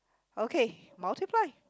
okay multiply